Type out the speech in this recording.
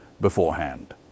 beforehand